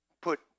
Put